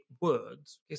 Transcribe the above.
words